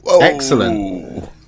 excellent